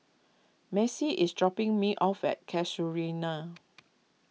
Macey is dropping me off at Casuarina